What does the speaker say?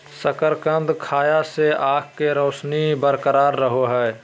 शकरकंद खाय से आंख के रोशनी बरकरार रहो हइ